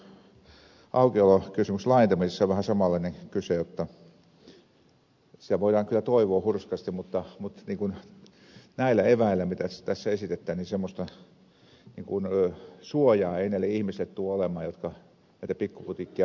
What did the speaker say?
tässäkin kauppojen aukiolokysymyksen laajentamisessa on vähän samanlaisesta kyse jotta sitä voidaan kyllä toivoa hurskaasti mutta näillä eväillä mitä tässä esitetään semmoista suojaa ei näillä ihmisillä tule olemaan jotka näitä pikkuputiikkeja pyörittävät